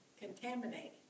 contaminated